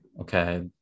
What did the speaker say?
okay